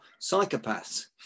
psychopaths